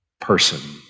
person